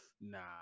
nah